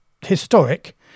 historic